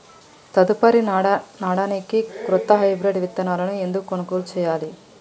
తదుపరి నాడనికి కొత్త హైబ్రిడ్ విత్తనాలను ఎందుకు కొనుగోలు చెయ్యాలి?